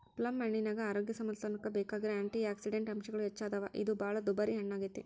ಪ್ಲಮ್ಹಣ್ಣಿನ್ಯಾಗ ಆರೋಗ್ಯ ಸಮತೋಲನಕ್ಕ ಬೇಕಾಗಿರೋ ಆ್ಯಂಟಿಯಾಕ್ಸಿಡಂಟ್ ಅಂಶಗಳು ಹೆಚ್ಚದಾವ, ಇದು ಬಾಳ ದುಬಾರಿ ಹಣ್ಣಾಗೇತಿ